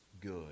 good